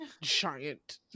giant